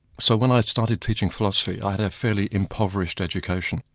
so when i started teaching philosophy, i had a fairly impoverished education,